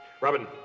Robin